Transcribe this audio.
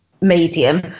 medium